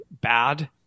Bad